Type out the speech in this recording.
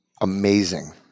amazing